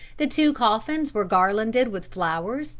the two coffins were garlanded with flowers,